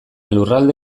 lurralde